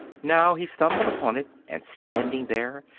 now he stumbled upon it and, standing there,